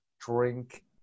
drink